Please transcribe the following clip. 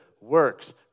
works